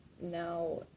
now